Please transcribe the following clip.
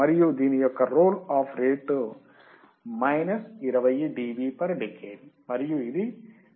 మరియు దీని యొక్క roll off rate minus 20 dB per decade